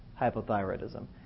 hypothyroidism